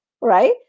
right